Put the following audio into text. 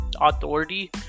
authority